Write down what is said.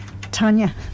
Tanya